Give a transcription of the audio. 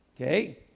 Okay